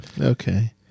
Okay